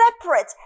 separate